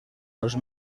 los